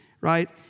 right